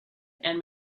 and